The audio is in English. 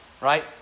right